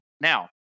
Now